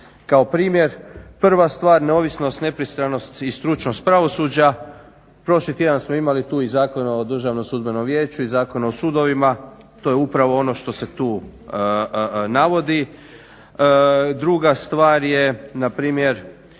Kao primjer prva stvar neovisnost, nepristranost i stručnost pravosuđa. Prošli tjedan smo tu imali i Zakon o Državnom sudbenom vijeću i Zakon o sudovima to je upravo ono što se tu navodi. Druga stvar je npr.